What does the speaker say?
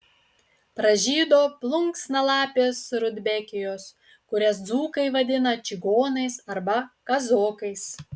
pražydo plunksnalapės rudbekijos kurias dzūkai vadina čigonais arba kazokais